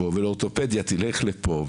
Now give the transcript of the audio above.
יושב ראש